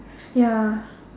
ya